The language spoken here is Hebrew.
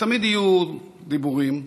תמיד יהיו דיבורים,